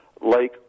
Lake